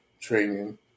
training